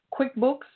QuickBooks